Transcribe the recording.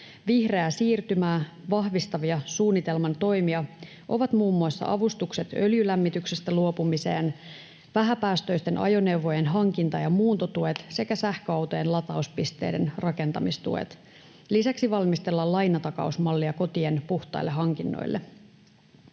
Vihreää siirtymää vahvistavia suunnitelman toimia ovat muun muassa avustukset öljylämmityksestä luopumiseen, vähäpäästöisten ajoneuvojen hankinta ja muuntotuet sekä sähköautojen latauspisteiden rakentamistuet. Lisäksi valmistellaan lainatakausmallia kotien puhtaille hankinnoille.